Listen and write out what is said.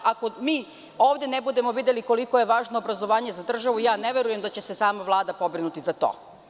Ako mi ovde ne budemo videli koliko je važno obrazovanje za državu, ne verujem da će se sama Vlada pobrinuti za to.